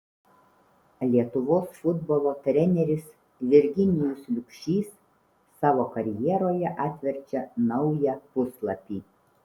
lietuvos futbolo treneris virginijus liubšys savo karjeroje atverčia naują puslapį